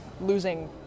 losing